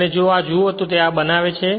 આ જો આ જુઓ તો આ બનાવે છે